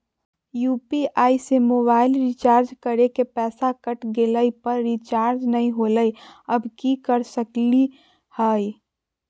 UPI से mobile recharge करे में पैसा कट गेलई, पर रिचार्ज नई होलई, अब की कर सकली हई?